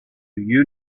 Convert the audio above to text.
you